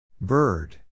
Bird